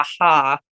aha